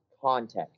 context